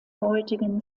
heutigen